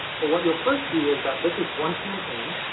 but what you'll first see is that this is one campaign,